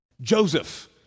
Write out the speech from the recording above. Joseph